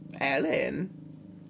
Ellen